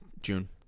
June